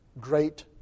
great